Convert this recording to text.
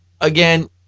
Again